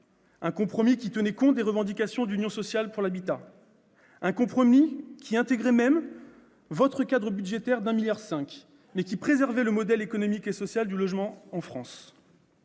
un compromis qui tenait compte des revendications de l'Union sociale pour l'habitat, un compromis qui intégrait même votre cadre budgétaire de 1,5 milliard d'euros, mais qui préservait le modèle économique du logement social en France.